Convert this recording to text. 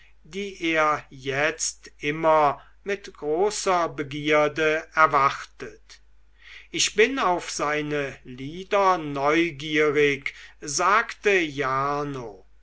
die er jetzt immer mit großer begierde erwartet ich bin auf seine lieder neugierig sagte jarno